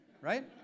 Right